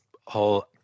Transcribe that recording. whole